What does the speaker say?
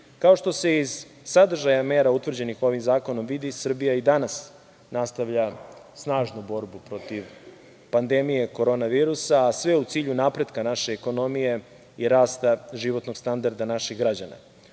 što se iz sadržaja mera utvrđenih ovim zakonom vidi, Srbija i danas nastavlja snažnu borbu protiv pandemije korona virusa, a sve u cilju napretka naše ekonomije i rasta životnog standarda naših građana.U